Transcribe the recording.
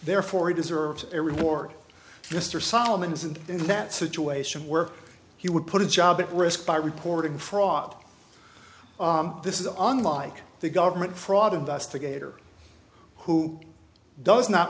therefore he deserves a reward mr solomon isn't in that situation where he would put a job at risk by reporting fraught this is unlike the government fraud investigator who does not